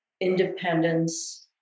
independence